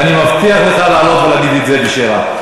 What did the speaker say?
ואני מבטיח לך לעלות ולהגיד את זה בשירה.